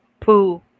poo